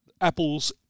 Apple's